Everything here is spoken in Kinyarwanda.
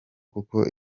kuko